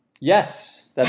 Yes